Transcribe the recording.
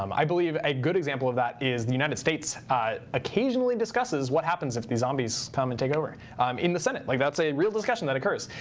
um i believe a good example of that is the united states occasionally discusses what happens if the zombies come and take over um in the senate. like that's a real discussion that occurs.